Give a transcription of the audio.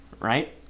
right